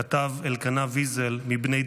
כתב אלקנה ויזל מבני דקלים,